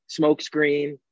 Smokescreen